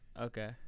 Okay